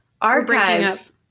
archives